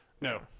no